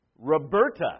Roberta